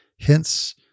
Hence